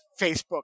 Facebook